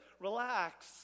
relax